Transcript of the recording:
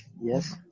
yes